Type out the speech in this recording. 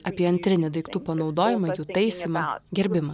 apie antrinį daiktų panaudojimą jų taisymą gerbimą